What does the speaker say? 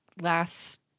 Last